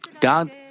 God